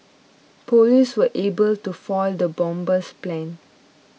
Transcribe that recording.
police were able to foil the bomber's plan